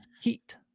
heat